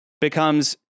becomes